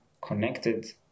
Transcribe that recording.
connected